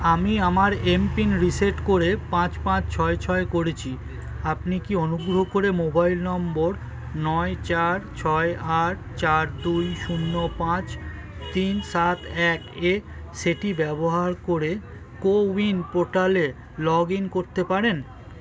আমি আমার MPIN reset করে পাঁচ পাঁচ ছয় ছয় করেছি আপনি কি অনুগ্রহ করে মোবাইল নম্বর নয় চার ছয় আট চার দুই শূন্য পাঁচ তিন সাত এক এ সেটি ব্যবহার করে কোউইন পোর্টালে লগ ইন করতে পারেন